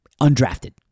Undrafted